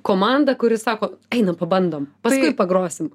komanda kuri sako einam pabandom paskui pagrosim